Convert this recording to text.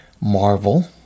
Marvel